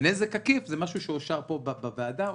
נזק עקיף זה משהו שאושר פה, בוועדה.